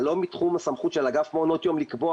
זה לא מתחום הסמכות של אגף מעונות יום לקבוע